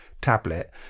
tablet